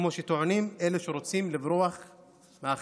כמו שטוענים אלה שרוצים לברוח מאחריות.